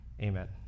amen